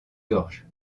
gorge